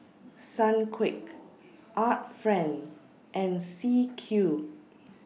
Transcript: Sunquick Art Friend and C Cube